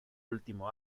último